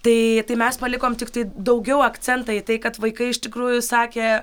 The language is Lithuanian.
tai tai mes palikom tiktai daugiau akcentą į tai kad vaikai iš tikrųjų sakė